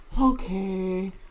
Okay